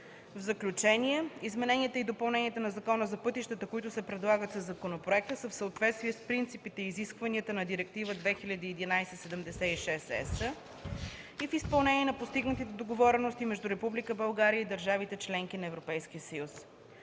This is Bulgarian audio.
В заключение, измененията и допълненията на Закона за пътищата, които се предлагат със законопроекта, са в съответствие с принципите и изискванията на Директива 2011/76/ЕС и в изпълнение на постигнатите договорености между Република България и държавите членки на Европейския съюз.